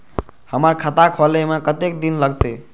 हमर खाता खोले में कतेक दिन लगते?